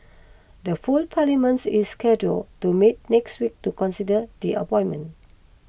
the full parliaments is scheduled to meet next week to consider the appointment